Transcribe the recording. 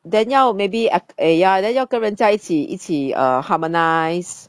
then 要 maybe eh ya then 要跟人家一起一起 err harmonise